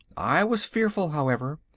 i was fearful, however,